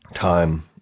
time